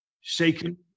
Shaken